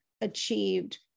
achieved